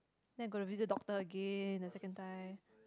then got to visit doctor again the second time